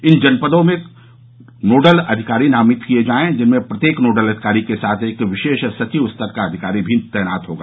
इन जनपदों में नोडल अधिकारी नामित किये जाये जिसमें प्रत्येक नोडल अधिकारी के साथ एक विशेष सचिव स्तर का अधिकारी भी तैनात होगा